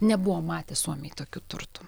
nebuvo matę suomiai tokių turtų